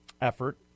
effort